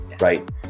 right